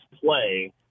play